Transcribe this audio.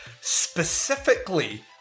specifically